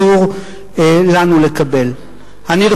סתם כפר ערבי, האם גורלך